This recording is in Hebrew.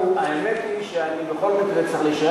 והנושא הבא שעל סדר-היום הוא שאילתה לשר